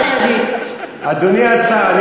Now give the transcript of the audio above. אדוני השר,